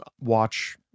watch